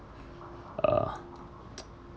uh